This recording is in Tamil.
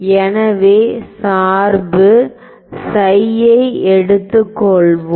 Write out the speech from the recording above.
எனவே சார்பு ஐ எடுத்துக்கொள்வோம்